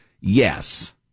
yes